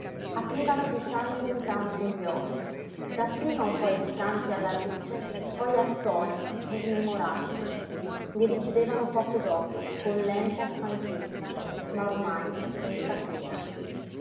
aprivano di tanto in tanto gli occhi dapprima un po esitanti alla luce poi attoniti e smemorati li richiudevano poco dopo con lenta stanchezza ma ormai senza pena